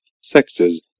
sexes